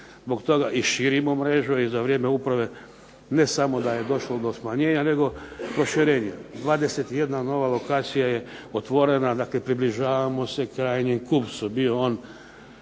Zbog toga i širimo mrežu i za vrijeme uprave ne samo da je došlo do smanjenja nego i do proširenja. 21 nova lokacija je otvorena, dakle približavamo se krajnjem kupcu,